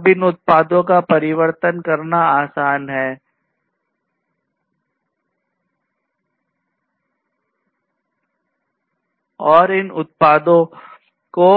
अब इन उत्पादों का परिवर्तन करना आसान है और इन उत्पादों को